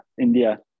India